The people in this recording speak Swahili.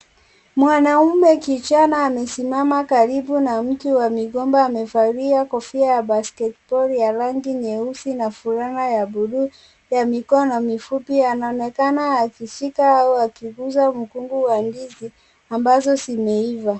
Mwanaume kijana amesimama karibu na mti wa migomba amevalia kofia ya basketball ya rangi nyeusi na fulana ya bluu ya mikono mifupi. Anaonekana akishika au akiguza mkungu wa ndizi ambazo zimeiva.